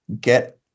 get